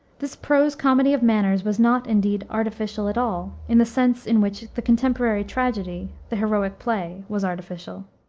this prose comedy of manners was not, indeed, artificial at all, in the sense in which the contemporary tragedy the heroic play was artificial.